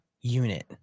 unit